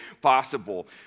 possible